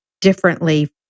differently